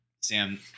Sam